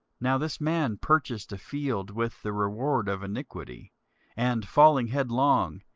now this man purchased a field with the reward of iniquity and falling headlong,